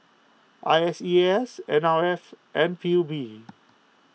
I S E A S N R F and P U B